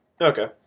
Okay